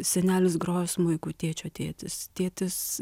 senelis grojo smuiku tėčio tėtis tėtis